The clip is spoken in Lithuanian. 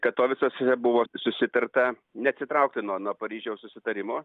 katovicuose buvo susitarta neatsitraukti nuo nuo paryžiaus susitarimo